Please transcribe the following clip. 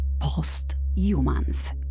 Post-Humans